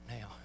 now